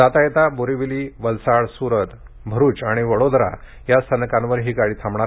जाता येता बोरिवली वलसाड सूरत भरूच आणि वडोदरा या स्थानकांवर ही गाडी थांबणार आहे